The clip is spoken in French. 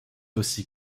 aussi